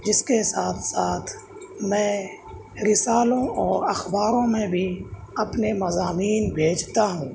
جس کے ساتھ ساتھ میں رسالوں اور اخباروں میں بھی اپنے مضامین بھیجتا ہوں